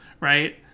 right